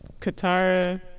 Katara